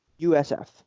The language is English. USF